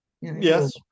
yes